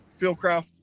Fieldcraft